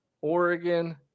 Oregon